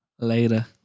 Later